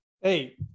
Hey